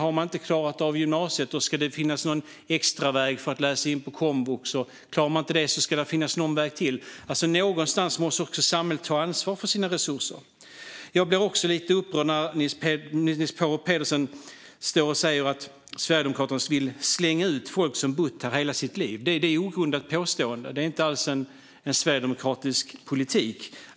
Om man inte har klarat av gymnasiet ska det finnas någon extraväg för att läsa in på komvux. Om man inte klarar av det ska det finnas någon väg till. Men någonstans måste samhället ta ansvar för sina resurser. Jag blir lite upprörd när Niels Paarup-Petersen står här och säger att Sverigedemokraterna vill slänga ut folk som har bott här i hela sitt liv. Det är ett ogrundat påstående, och det är inte alls sverigedemokratisk politik.